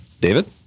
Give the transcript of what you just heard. david